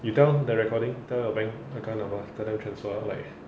you tell the recording tell the bank account number tell them transfer like